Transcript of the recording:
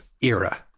era